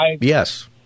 Yes